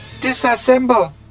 Disassemble